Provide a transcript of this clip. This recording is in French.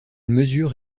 mesure